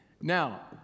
now